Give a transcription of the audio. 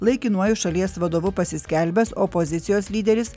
laikinuoju šalies vadovu pasiskelbęs opozicijos lyderis